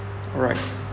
correct